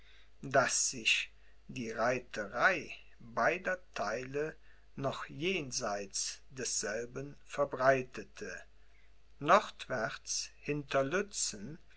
daß sich die reiterei beider theile noch jenseits desselben verbreitete nordwärts